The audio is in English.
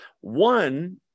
One